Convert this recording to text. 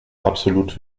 absolut